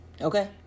okay